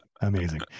Amazing